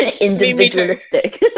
Individualistic